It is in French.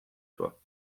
toi